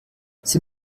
sie